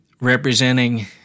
representing